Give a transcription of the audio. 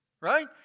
right